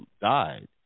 died